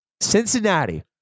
Cincinnati